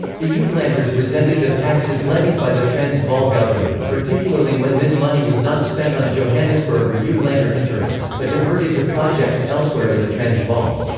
the yeah uitlanders resented the taxes levied by the transvaal government, particularly when this money was not spent on johannesburg or yeah uitlander interests, but diverted to projects elsewhere in the transvaal.